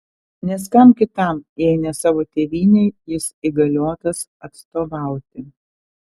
nes kam kitam jei ne savo tėvynei jis įgaliotas atstovauti